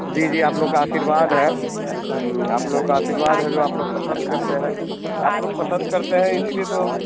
जी जी आप लोग का आशीर्वाद है आप लोग का आशीर्वाद है जो आप लोग पसंद करते हैं आप लोग पसंद करते हैं इसीलिए तो